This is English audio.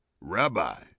rabbi